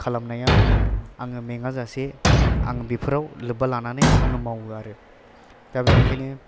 खालामनायाव आङो मेङाजासे आं बेफोराव लोब्बा लानानै आङो मावो आरो दा बेनिखायनो